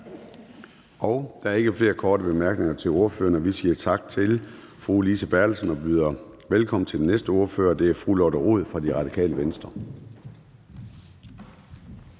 Der er ikke flere korte bemærkninger til ordføreren. Vi siger tak til fru Lise Bertelsen og byder velkommen til den næste ordfører, og det er fru Lotte Rod fra Det Radikale Venstre.